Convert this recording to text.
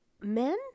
men